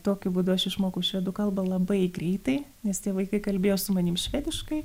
tokiu būdu aš išmokau švedų kalbą labai greitai nes tie vaikai kalbėjo su manim švediškai